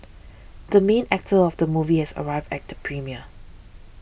the main actor of the movie has arrived at premiere